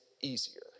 easier